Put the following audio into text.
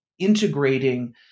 integrating